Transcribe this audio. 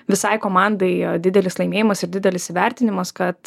visai komandai didelis laimėjimas ir didelis įvertinimas kad